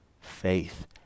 faith